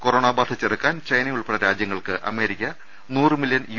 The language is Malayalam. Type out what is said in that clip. കൊറോണ ബാധ ചെറുക്കാൻ ചൈന ഉൾപ്പെടെ രാജ്യങ്ങൾക്ക് അമേരിക്ക നൂറ് മില്യൻ യു